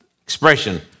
Expression